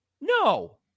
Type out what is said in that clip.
no